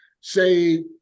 say